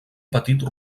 petit